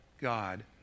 God